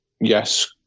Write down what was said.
yes